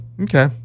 okay